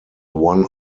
one